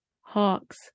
hawks